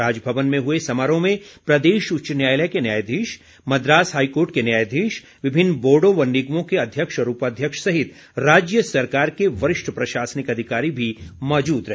राजभवन में हुए समारोह में प्रदेश उच्च न्यायालय के न्यायाधीश मद्रास हाईकोर्ट के न्यायाधीश विभिन्न बोर्डो व निगमों के अध्यक्ष और उपाध्यक्ष सहित राज्य सरकार के वरिष्ठ प्रशासनिक अधिकारी भी मौजूद रहे